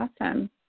Awesome